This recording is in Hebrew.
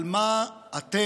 על מה אתם,